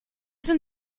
sind